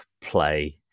play